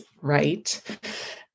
right